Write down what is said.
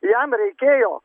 jam reikėjo